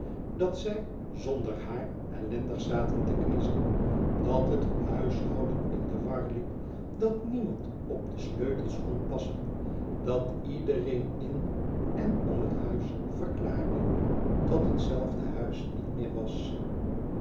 dat zij zonder haar ellendig zaten te kniezen dat het huishouden in de war liep dat niemand op de sleutels kon passen dat iedereen in en om het huis verklaarde dat het hetzelfde huis niet meer was